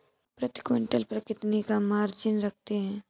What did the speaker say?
आप प्रति क्विंटल पर कितने का मार्जिन रखते हैं?